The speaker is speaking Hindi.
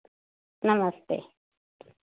नमस्ते